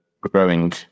growing